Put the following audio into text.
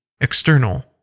External